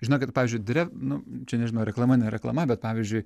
žinokit pavyzdžiui dre nu čia nežinau reklama ne reklama bet pavyzdžiui